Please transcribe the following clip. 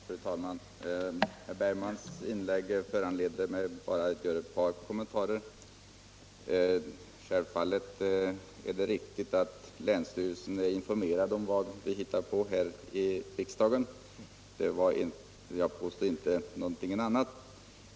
Fru talman! Herr Bergmans i Göteborg inlägg föranleder bara ett par kommentarer från mig. Självfallet är länsstyrelserna informerade om vad vi beslutar här i riksdagen.